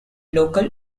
local